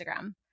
instagram